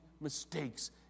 mistakes